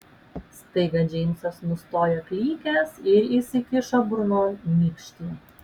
staiga džeimsas nustojo klykęs ir įsikišo burnon nykštį